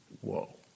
whoa